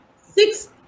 six